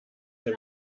der